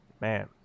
Man